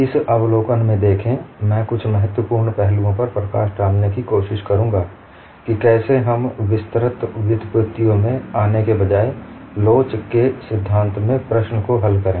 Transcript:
इस अवलोकन में देखें मैं कुछ महत्वपूर्ण पहलुओं पर प्रकाश डालने की कोशिश करूँगा कि कैसे हम विस्तृत व्युत्पत्तियों में आने के बजाय लोच के सिद्धांत में प्रश्न को हल करें